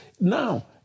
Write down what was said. Now